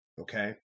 okay